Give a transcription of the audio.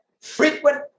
frequent